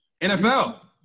NFL